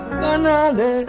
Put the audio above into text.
banale